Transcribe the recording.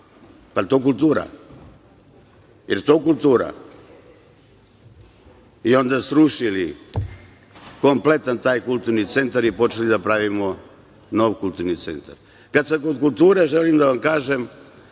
dole, tombola. Pa, jel to kultura? I onda srušili kompletan taj kulturni centar i počeli da pravimo nov kulturni centar. Kad sam kod kulture, želim da vam kažem